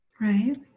right